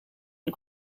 and